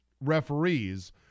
referees